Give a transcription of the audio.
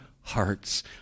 hearts